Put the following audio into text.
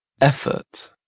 Effort